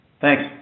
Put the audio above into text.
Thanks